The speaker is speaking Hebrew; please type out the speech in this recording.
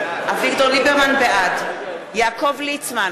ליברמן, בעד יעקב ליצמן,